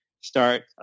start